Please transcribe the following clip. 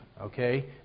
okay